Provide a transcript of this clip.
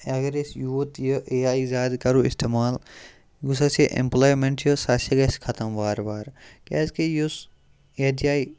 اَگَر أسۍ یہِ اے آے یوٗت کَرَو اَستعمال یۄس اَسہِ یہِ ایٚمپلایمینٹ چھِ یہِ ہَسا گَژھِ ختم وارٕ وارٕ کیازکہِ یُس یَتھ جایہِ